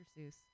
Seuss